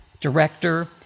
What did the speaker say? director